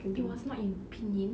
it was not in pinyin